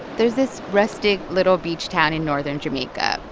there's this rustic little beach town in northern jamaica,